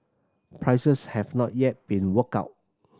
prices have not yet been worked out